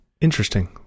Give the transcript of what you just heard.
interesting